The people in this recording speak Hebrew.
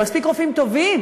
למספיק רופאים טובים